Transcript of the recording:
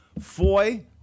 Foy